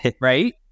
Right